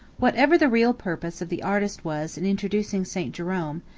whatever the real purpose of the artist was in introducing st. jerome,